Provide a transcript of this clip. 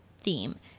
theme